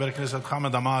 חבר הכנסת חמד עמאר,